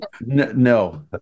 No